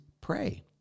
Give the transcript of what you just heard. pray